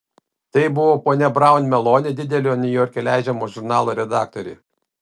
tai buvo ponia braun meloni didelio niujorke leidžiamo žurnalo redaktorė